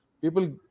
people